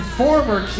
former